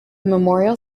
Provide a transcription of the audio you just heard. memorial